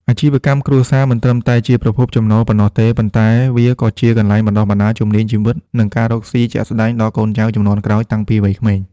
អាជីវកម្មគ្រួសារមិនត្រឹមតែជាប្រភពចំណូលប៉ុណ្ណោះទេ ប៉ុន្តែវាក៏ជាកន្លែងបណ្ដុះបណ្ដាលជំនាញជីវិត និងការរកស៊ីជាក់ស្ដែងដល់កូនចៅជំនាន់ក្រោយតាំងពីវ័យក្មេង។